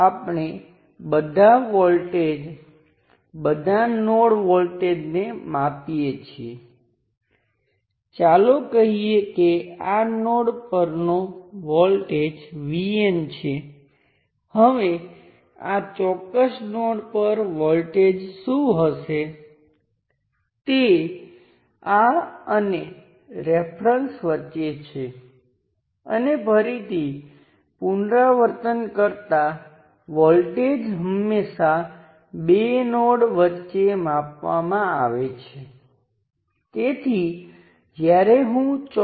અને કહો કે હું એ જ સર્કિટને કનેક્ટ કરું છું આ સર્કિટ જે હોય તે આની સાથે હું મારી સર્કિટ અથવા મારું મોડલ કનેક્ટ કરું એવું હોવું જોઈએ કે પછી ભલે હું મારી સર્કિટને આ સંપૂર્ણ સર્કિટ સાથે કનેક્ટ કરું કે મારા મૉડલ સાથે કનેક્ટ કરું તે વર્તે અને તે એવી રીતે જ વર્તે ત્યાં વોલ્ટેજ V1 છે અને જ્યારે હું વાસ્તવિક સર્કિટ સાથે કનેક્ટ કરું ત્યારે તેમાંથી કેટલોક કરંટ પસાર થાય છે જ્યારે વાસ્તવિક સર્કિટ સાથે કનેક્ટ કરું હું મોડેલ સાથે કનેક્ટ કરું ત્યારે વોલ્ટેજ V1 હોવો જોઈએ અને કરંટ I1 હોવો જોઈએ તો આ એક ઉપયોગી મોડેલ છે અને તે જટિલ સર્કિટનો ઉલ્લેખ કરવાને બદલે હું કઈ સર્કિટ કનેક્ટ કરેલી છે તેના બદલે તે સંપૂર્ણ સાચું છે